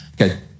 Okay